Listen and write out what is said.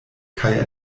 kaj